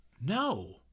No